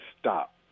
stop